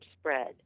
spread